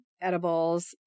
edibles